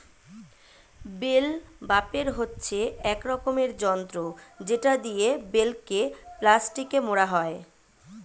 bell wrapper হচ্ছে এক রকমের যন্ত্র যেটা দিয়ে বেলকে প্লাস্টিকে মোড়া হয়